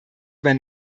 über